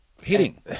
hitting